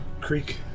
creek